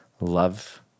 love